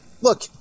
Look